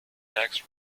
tax